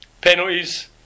penalties